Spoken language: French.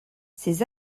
ses